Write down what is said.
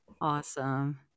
Awesome